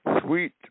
Sweet